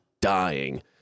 dying